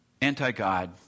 anti-God